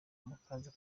mukaza